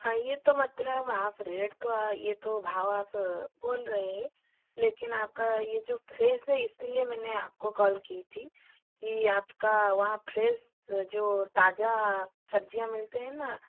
हाँ ये तो मतलब आप रेट तो ये तो भाव आप बोल रहे हैं लेकिन आपका ये जो प्रेस है इसी लिए मैंने आपको कॉल की थी कि आपका वहाँ फ्रेश जो ताज़ी सब्ज़ियाँ मिलते हैं ना